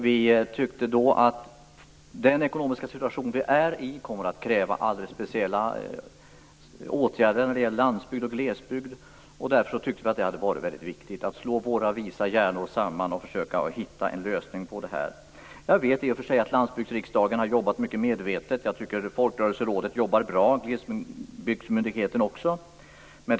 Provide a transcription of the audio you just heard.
Vi tyckte då att den rådande ekonomiska situationen kräver alldeles speciella åtgärder för landsbygd och glesbygd, och vi menade att det hade varit viktigt att slå samman våra visa huvuden för att försöka komma fram till resultat. Jag vet att man har jobbat mycket medvetet på Landbygdsriksdagen. Jag tycker också att Folkrörelserådet och Glesbygdsmyndigheten arbetar bra.